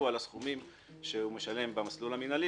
על הסכומים שהוא משלם במסלול המינהלי,